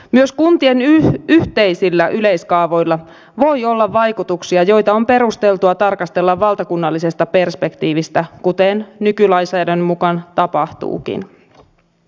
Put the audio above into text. myös kuntien yhteisillä yleiskaavoilla voi olla vaikutuksia joita on perusteltua tarkastella valtakunnallisesta perspektiivistä kuten nykylainsäädännön mukaan tapahtuukin